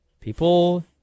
people